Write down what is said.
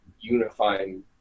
unifying